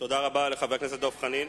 תודה רבה לחבר הכנסת דב חנין.